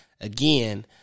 again